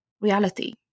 reality